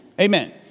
Amen